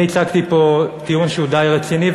אני הצגתי פה טיעון שהוא די רציני,